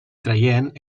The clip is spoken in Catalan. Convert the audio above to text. traient